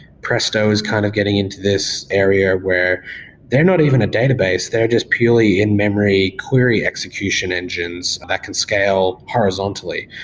presto is kind of getting into this area where they're not even a database. they're just purely in-memory query execution engines that can scale horizontally.